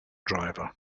driver